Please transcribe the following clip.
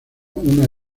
una